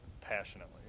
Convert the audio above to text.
passionately